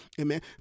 Amen